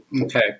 okay